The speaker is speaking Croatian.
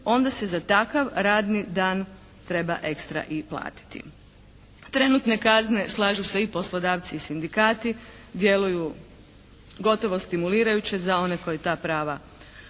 onda se za takav radni dan treba extra i platiti. Trenutne kazne, slažu se i poslodavci i sindikati, djeluju gotovo stimulirajuće za one koji ta prava krše.